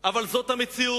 אבל זו המציאות